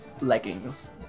leggings